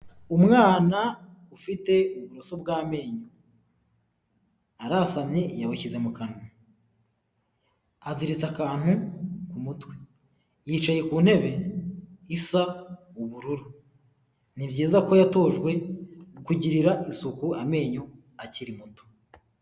Umwana ufite uburoso bw'amenyo, arasamye yabushyize mu kanwa, aziritse akantu ku mutwe, yicaye ku ntebe isa ubururu. Ni byiza ko yatojwe kugirira isuku amenyo akiri muto.